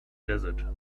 desert